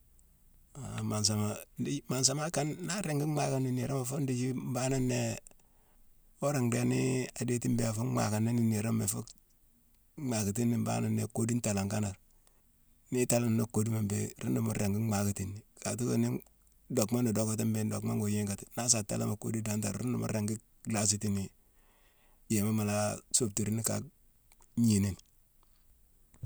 Han mansama-ndéji-mansama akane nan ringi mhanka niiroma; foo ndéji mbaanangh né wora ndhééne nii a déti mbé, a fu mhanka nini niiroma ifuu mahankatini mbaanangh né: kodu ntalanne kanar. Ni italane no koduma mbé, runa mu ringi mhankatini. Katu woo ni dockma nu dockati mbééghine, dockma ngo yiingati, na sa talane mo kodu dantane, runa mu ringi lhaasitini yééma mu la soobtirini kaa gnini ni